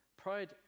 Pride